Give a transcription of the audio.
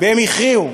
והם הכריעו.